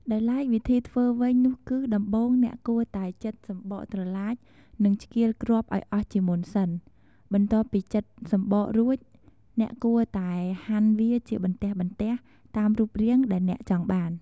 ដោយឡែកវិធីធ្វើវិញនោះគឺ ដំបូង អ្នកគួរតែចិតសំបកត្រឡាច និងឆ្កៀលគ្រាប់ឱ្យអស់ជាមុនសិន។ បន្ទាប់ពីចិតសំបករួច អ្នកគួរតែហាន់វាជាបន្ទះៗ តាមរូបរាងដែលអ្នកចង់បាន។